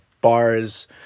bars